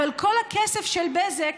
אבל כל הכסף של בזק,